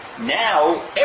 Now